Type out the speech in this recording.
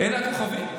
הכוכבים.